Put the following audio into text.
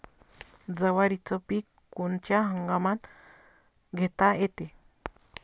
जवारीचं पीक कोनच्या हंगामात घेता येते?